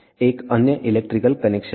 एक अन्य electrical connection है